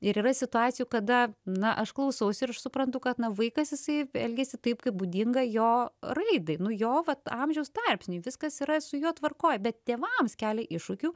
ir yra situacijų kada na aš klausausi ir aš suprantu kad na vaikas jisai elgiasi taip kaip būdinga jo raidai nu jo vat amžiaus tarpsniui viskas yra su juo tvarkoj bet tėvams kelia iššūkių